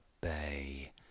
bay